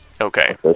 Okay